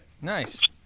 Nice